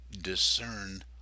discern